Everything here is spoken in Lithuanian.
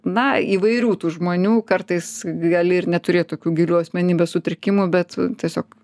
na įvairių tų žmonių kartais gali ir neturėt tokių gilių asmenybės sutrikimų bet tiesiog